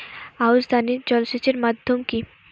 আউশ ধান এ জলসেচের মাধ্যম কি?